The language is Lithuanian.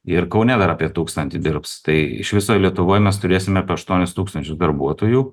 ir kaune dar apie tūkstantį dirbs tai iš viso lietuvoj mes turėsim apie aštuonis tūkstančius darbuotojų